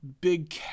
big